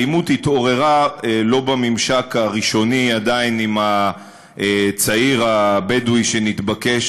האלימות התעוררה לא בממשק הראשוני עדיין עם הצעיר הבדואי שנתבקש